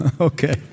okay